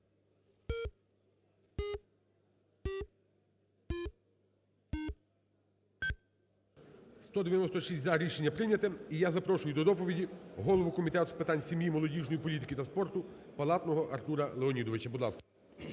За-196 Рішення прийняте. І я запрошую до доповіді голову Комітету з питань сім'ї, молодіжної політики та спорту Палатного Артура Леонідовича, будь ласка.